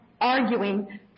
Arguing